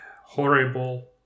horrible